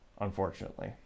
unfortunately